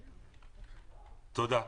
תודה.